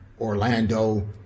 Orlando